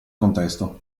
contesto